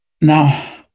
Now